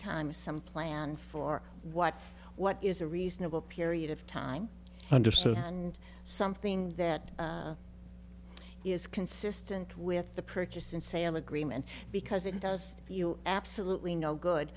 time some plan for what what is a reasonable period of time understand something that is consistent with the purchase and sale agreement because it does you absolutely no good